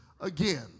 again